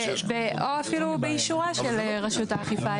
או אפילו באישורה של רשות האכיפה.